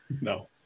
no